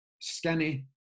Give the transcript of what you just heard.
skinny